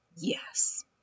yes